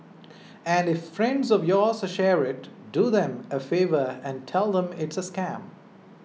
and if friends of yours share it do them a favour and tell them it's a scam